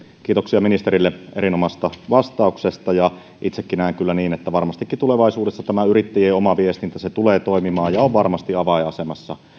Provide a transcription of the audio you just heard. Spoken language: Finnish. kiitoksia ministerille erinomaisesta vastauksesta itsekin näen kyllä niin että varmastikin tulevaisuudessa tämä yrittäjien oma viestintä tulee toimimaan ja on varmasti avainasemassa